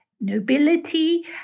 nobility